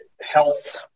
health